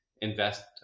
invest